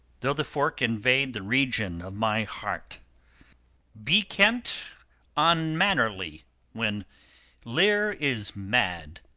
though the fork invade the region of my heart be kent unmannerly when lear is mad.